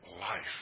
life